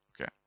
Okay